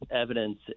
evidence